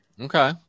Okay